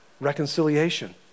reconciliation